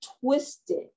twisted